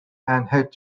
and